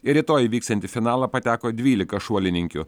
į rytoj įvyksiantį finalą pateko dvylika šuolininkių